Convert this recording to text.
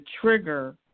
trigger